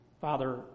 Father